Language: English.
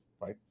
right